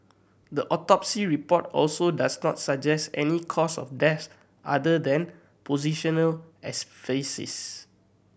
the autopsy report also does not suggest any cause of death other than positional asphyxia